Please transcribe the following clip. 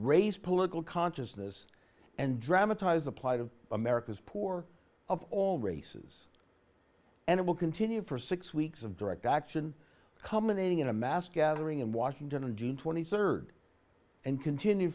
raise political consciousness and dramatize the plight of america's poor of all races and it will continue for six weeks of direct action coming in a mass gathering in washington on june twenty third and continue